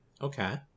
Okay